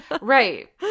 Right